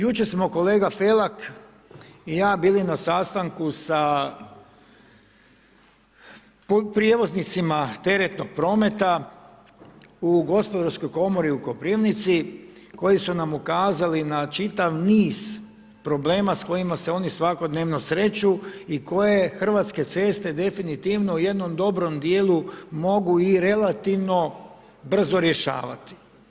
Jučer smo kolega Felak i ja bili na sastanku sa prijevoznicima teretnog prometa u Gospodarskoj komori u Koprivnici koji su nam ukazali na čitav niz problema s kojima se oni svakodnevno sreću i koje Hrvatske ceste definitivno u jednom dobrom dijelu mogu i relativno brzo rješavati.